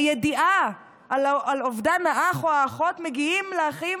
הידיעה על אובדן האח או האחות מגיעה לאחים